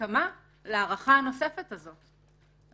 הסכמה להארכה הנוספת הזאת.